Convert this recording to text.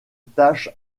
tâche